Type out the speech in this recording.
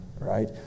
right